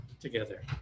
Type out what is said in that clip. together